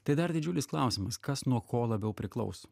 tai dar didžiulis klausimas kas nuo ko labiau priklauso